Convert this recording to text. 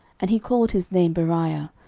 and he called his name beriah,